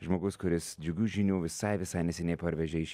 žmogus kuris džiugių žinių visai visai neseniai parvežė iš